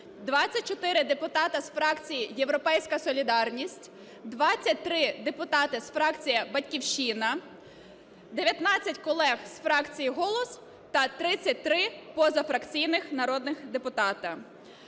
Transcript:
24 депутати з фракції "Європейська солідарність", 23 депутати з фракції "Батьківщина", 19 колег з фракції "Голос" та 33 позафракційних народних депутати.